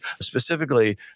specifically